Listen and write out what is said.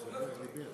זוהיר דיבר.